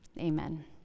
Amen